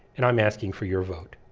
and i'm asking for your vote.